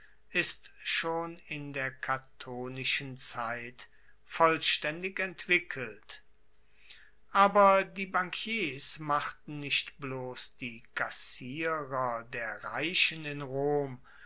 ist schon in der catonischen zeit vollstaendig entwickelt aber die bankiers machten nicht bloss die kassierer der reichen in rom